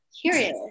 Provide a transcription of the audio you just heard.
curious